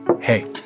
Hey